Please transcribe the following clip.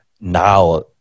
now